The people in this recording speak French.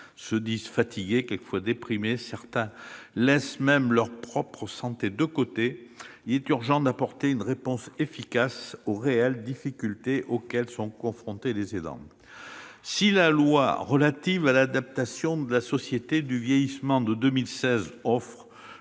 se disent fatigués, quelquefois déprimés. Certains laissent même leur propre santé de côté. Il est urgent d'apporter une réponse efficace aux réelles difficultés auxquelles sont confrontés les aidants. Si la loi du 28 décembre 2015, relative à l'adaptation de la société au vieillissement, offre